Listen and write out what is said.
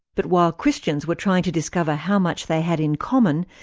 but while christians were trying to discover how much they had in common,